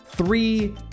Three